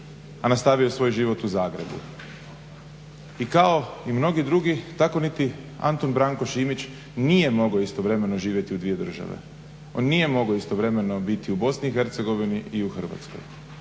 a nastavio svoj život u Zagrebu. I kao i mnogi drugi tako niti Antun Branko Šimić nije mogao istovremeno živjeti u dvije države. On nije mogao istovremeno biti u Bosni i Hercegovini i u Hrvatskoj,